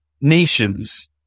nations